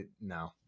no